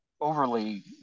overly